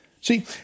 See